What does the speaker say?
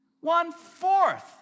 One-fourth